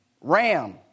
Ram